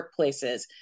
workplaces